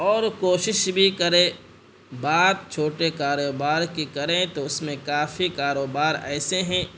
اور کوشش بھی کرے بات چھوٹے کاروبار کی کریں تو اس میں کافی کاروبار ایسے ہیں